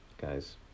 guys